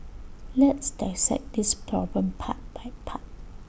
let's dissect this problem part by part